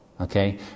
Okay